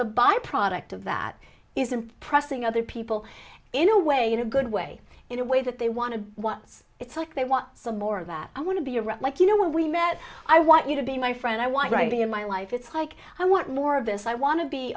the byproduct of that isn't pressing other people in a way in a good way in a way that they want to what's it's like they want some more of that i want to be around like you know when we met i want you to be my friend i want writing in my life it's like i want more of this i want to be